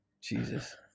jesus